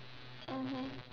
mmhmm